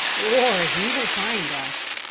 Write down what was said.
or he will find us.